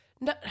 no